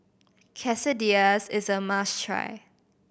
Quesadillas is a must try